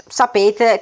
sapete